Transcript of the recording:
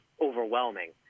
overwhelming